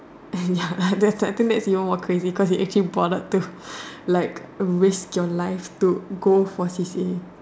eh ya that's right I think that's even more crazy cause you are actually bother to like risk your life to go for C_C_A